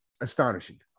astonishing